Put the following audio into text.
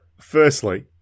Firstly